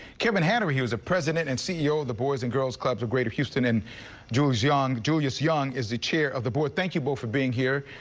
kevin had a he was a president and ceo of the boys and girls clubs of greater houston and jews young julius young is the chair of the board. thank you both for being here.